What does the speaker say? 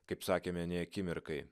kaip sakėme nė akimirkai